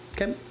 Okay